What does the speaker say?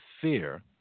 fear